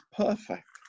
perfect